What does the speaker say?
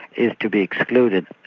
is to be excluded.